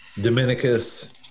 Dominicus